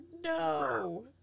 no